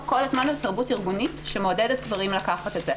כל הזמן על תרבות ארגונית שמעודדת גברים לקחת את זה.